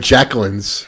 Jacqueline's